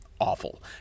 awful